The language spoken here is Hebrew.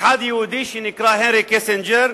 האחד יהודי, שנקרא הנרי קיסינג'ר,